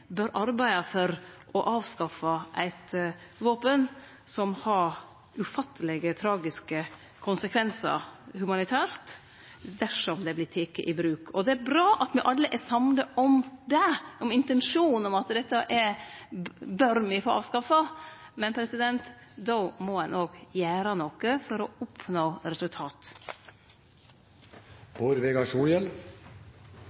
bør arbeide for å avskaffe eit våpen som har ufatteleg tragiske konsekvensar humanitært dersom det vert teke i bruk. Det er bra at me alle er samde om det – intensjonen om at dette bør me få avskaffa – men då må ein òg gjere noko for å oppnå resultat.